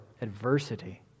adversity